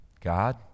God